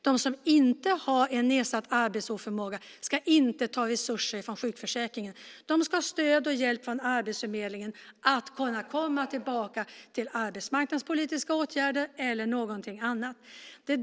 De som inte har nedsatt arbetsförmåga ska inte ta resurser från sjukförsäkringen. De ska ha stöd och hjälp från Arbetsförmedlingen så att de kan komma tillbaka till arbetsmarknadspolitiska åtgärder eller någonting annat.